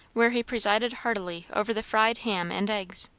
where he presided heartily over the fried ham and eggs.